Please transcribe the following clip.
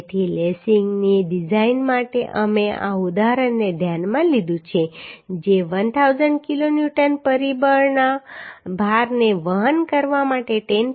તેથી લેસિંગની ડિઝાઇન માટે અમે આ ઉદાહરણને ધ્યાનમાં લીધું છે જે 1000 કિલોન્યુટનના પરિબળના ભારને વહન કરવા માટે 10